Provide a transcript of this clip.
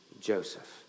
Joseph